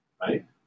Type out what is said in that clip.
right